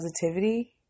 positivity